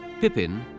Pippin